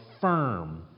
firm